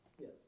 Yes